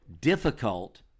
difficult